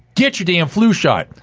get your damn flu shot.